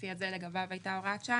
הספציפי הזה לגביו היתה הוראת שעה,